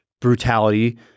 brutality